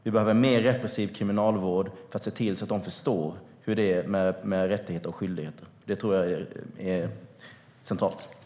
Vi behöver en mer repressiv kriminalvård så att de brottslingarna förstår vilka rättigheter och skyldigheter som gäller. Det är centralt.